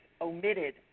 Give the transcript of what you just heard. omitted